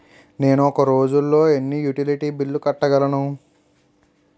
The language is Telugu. నేను ఒక రోజుల్లో ఎన్ని యుటిలిటీ బిల్లు కట్టగలను?